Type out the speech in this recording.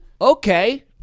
Okay